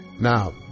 Now